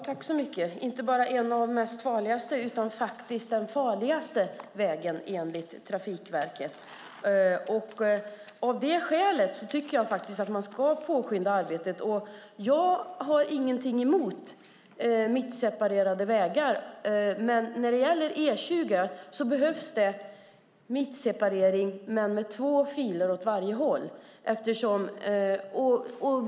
Fru talman! Det är inte bara en av de farligaste utan faktiskt den farligaste enligt Trafikverket. Av det skälet tycker jag att man ska påskynda arbetet. Jag har ingenting emot mittseparerade vägar. När det gäller E20 behövs mittseparering och två filer åt varje håll.